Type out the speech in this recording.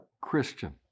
Christian